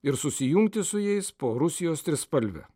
ir susijungti su jais po rusijos trispalve